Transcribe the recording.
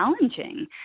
challenging